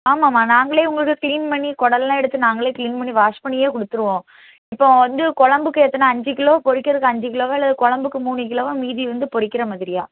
ஆமாம் ஆமாம் நாங்களே உங்களுக்கு க்ளீன் பண்ணி குடல்லாம் எடுத்து நாங்களே க்ளீன் பண்ணி வாஷ் பண்ணியே கொடுத்துருவோம் இப்போ வந்து குழம்புக்கு எத்தனை அஞ்சு கிலோ பொரிக்குறதுக்கு அஞ்சு கிலோவா அல்லது குழம்புக்கு மூணு கிலோவா மீதி வந்து பொரிக்குற மாதிரியா